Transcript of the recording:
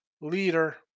leader